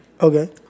Okay